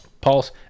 pulse